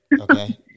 Okay